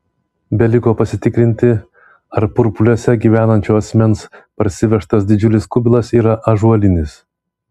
beliko pasitikrinti ar purpliuose gyvenančio asmens parsivežtas didžiulis kubilas yra ąžuolinis